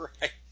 right